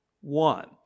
one